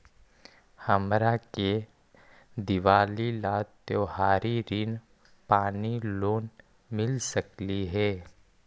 हमरा के दिवाली ला त्योहारी ऋण यानी लोन मिल सकली हे?